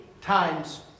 times